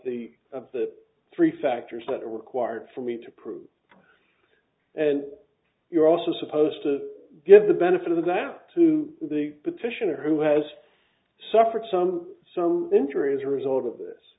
point of the three factors that are required for me to prove and you're also supposed to give the benefit of that to the petitioner who has suffered some some injury as a result of this